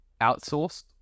outsourced